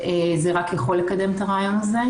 זה רק יכול לקדם את הרעיון הזה.